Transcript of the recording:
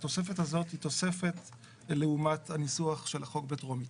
התוספת הזאת היא תוספת לעומת הניסוח של החוק בטרומית.